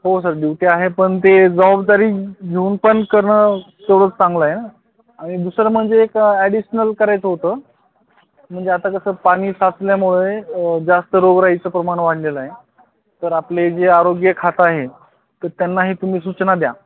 हो sir duty आहे पण ते जबाबदारी घेऊन पण करणं तेवढं चांगलं आहे आणि दुसरं म्हणजे एक ॲडिशनल करायचं होतं म्हणजे आता कसं पाणी साचल्यामुळे जास्त रोगराईचं प्रमाण वाढलेलं आहे तर आपले जे आरोग्य खातं आहे तर त्यांनाही तुम्ही सूचना द्या